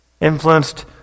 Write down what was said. influenced